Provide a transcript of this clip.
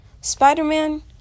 spider-man